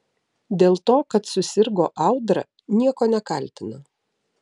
dėl to kad susirgo audra nieko nekaltina